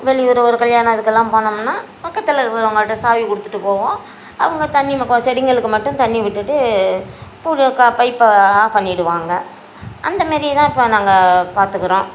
வெளியூர் ஒரு கல்யாணம் அதுக்கெல்லாம் போனோம்னால் பக்கத்தில் இருக்கிறவங்கள்ட்ட சாவி கொடுத்துட்டு போவோம் அவங்க தண்ணி செடிகளுக்கு மட்டும் தண்ணி விட்டுவிட்டு இது பைப்பை ஆஃப் பண்ணிவிடுவாங்க அந்த மாரியே தான் இப்போ நாங்கள் பார்த்துக்குறோம்